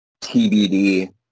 TBD